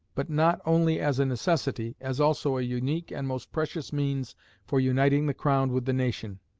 but not only as a necessity, as also a unique and most precious means for uniting the crown with the nation,